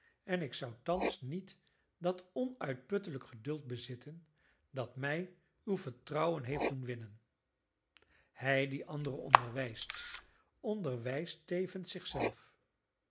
en ik zou thans niet dat onuitputtelijk geduld bezitten dat mij uw vertrouwen heeft doen winnen hij die anderen onderwijst onderwijst tevens